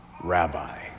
rabbi